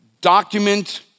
document